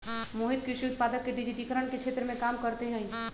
मोहित कृषि उत्पादक के डिजिटिकरण के क्षेत्र में काम करते हई